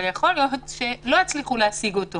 אבל יכול להיות שלא הצליחו להשיג אותו